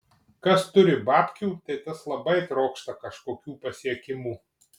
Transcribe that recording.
kas turi babkių tai tas labai trokšta kažkokių pasiekimų